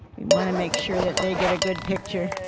want to make sure that they get a good picture.